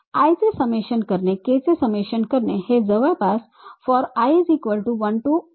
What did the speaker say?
i चे summation करणे k चे समेशन करणे हे जवळपास fori1 to